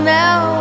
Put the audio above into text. now